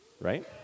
right